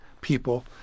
people